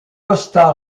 costa